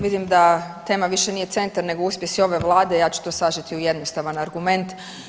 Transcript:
Vidim da tema više nije centar nego uspjesi ove vlade, ja ću to sažeti u jednostavan argument.